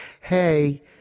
hey